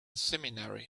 seminary